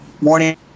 morning